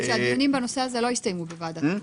הדיונים בנושא הזה לא הסתיימו בוועדת הבריאות.